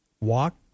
Walk